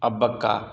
Abbakka